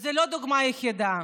וזו לא הדוגמה היחידה.